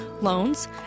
loans